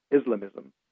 Islamism